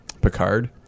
Picard